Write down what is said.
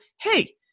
hey